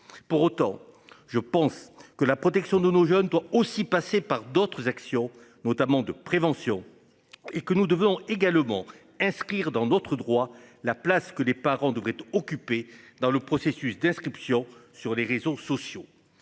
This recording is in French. Pour autant, je pense que la protection de nos jeunes doit aussi passer par d'autres actions notamment de prévention et que nous devons également inscrire dans notre droit, la place que les parents devraient être occupés dans le processus d'inscription sur les réseaux sociaux.